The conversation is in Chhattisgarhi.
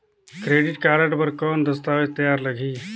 क्रेडिट कारड बर कौन दस्तावेज तैयार लगही?